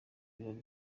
ibirori